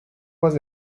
was